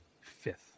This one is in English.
Fifth